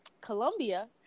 Colombia